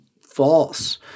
false